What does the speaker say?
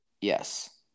Yes